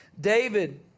David